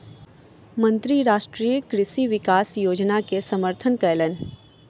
मंत्री राष्ट्रीय कृषि विकास योजना के समर्थन कयलैन